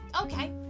Okay